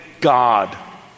God